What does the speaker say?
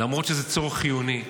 למרות שזה צורך חיוני.